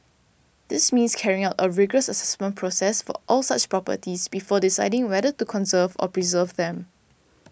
this means carrying out a rigorous assessment process for all such properties before deciding whether to conserve or preserve them